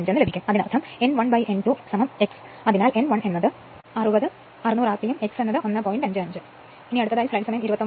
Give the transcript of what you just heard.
55 ലഭിക്കും അതിനർത്ഥം n 1 ന് n 2 x അതിനാൽ n 1 എന്നത് 60 600 rpm ഉം x 1